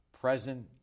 present